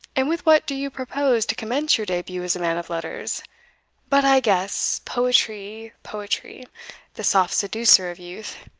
and with what do you propose to commence your debut as a man of letters but i guess poetry poetry the soft seducer of youth.